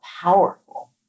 powerful